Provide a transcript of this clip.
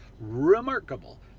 remarkable